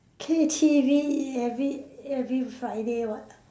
K_T_V every every Friday [what]